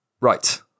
right